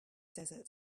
desert